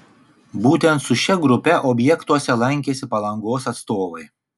būtent su šia grupe objektuose lankėsi palangos atstovai